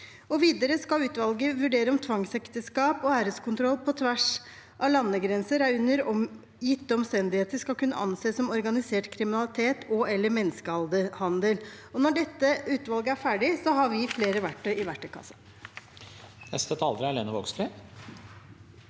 Videre skal utvalget vurdere om tvangsekteskap og æreskontroll på tvers av landegrenser under gitte omstendigheter skal kunne anses som organisert kriminalitet og/eller menneskehandel. Når dette utvalget er ferdig, har vi flere verktøy i verktøykassen.